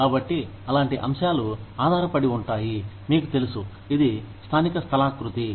కాబట్టి అలాంటి అంశాలు ఆధారపడి ఉంటాయి మీకు తెలుసు ఇది స్థానిక స్థలాకృతి